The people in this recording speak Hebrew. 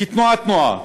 כתנועת נוער,